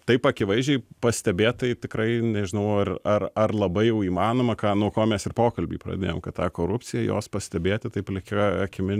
taip akivaizdžiai pastebėt tai tikrai nežinau ar ar ar labai jau įmanoma ką nuo ko mes ir pokalbį pradėjom kad ta korupcija jos pastebėti taip plika akimi